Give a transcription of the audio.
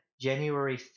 January